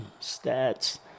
Stats